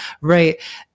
right